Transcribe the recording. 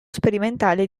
sperimentale